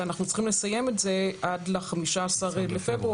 שאנחנו צריכים לסיים את זה עד ל-15 בפברואר,